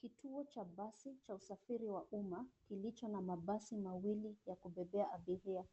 Kituo cha basi cha usafiri wa umma, kilicho na mabasi mawili ya kubebea abiria.